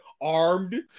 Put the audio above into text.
armed